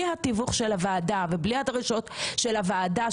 התיווך של הוועדה ובלי הדרישות של הוועדה,